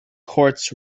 court